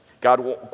God